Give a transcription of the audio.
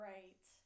Right